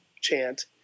chant